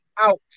out